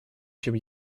чем